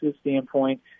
standpoint